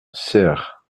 serres